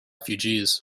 refugees